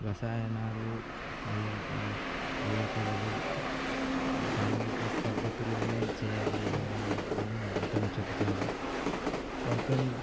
రసాయనాలు వేయ ఏ వేయకూడదు సాంఘిక పద్దతిలోనే చేయాలి ఏదయిన అని అతను చెపుతాడు అతను